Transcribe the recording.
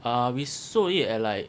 uh we sold it at like